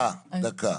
דקה, דקה,